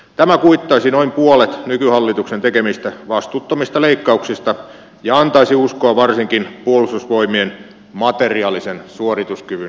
tämä kuittaisi noin puolet nykyhallituksen tekemistä vastuuttomista leikkauksista ja antaisi uskoa varsinkin puolustusvoimien materiaalisen suorituskyvyn ylläpitämiseen